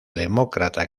demócrata